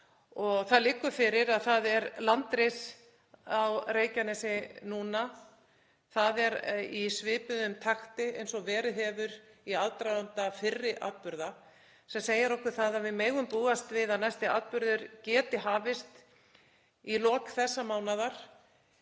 það liggur fyrir að það er landris á Reykjanesi núna. Það er í svipuðum takti og verið hefur í aðdraganda fyrri atburða sem segir okkur það að við megum búast við að næsti atburður geti hafist í lok þessa mánaðar